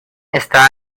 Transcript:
está